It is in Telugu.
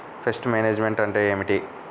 పెస్ట్ మేనేజ్మెంట్ అంటే ఏమిటి?